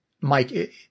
Mike